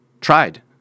Tried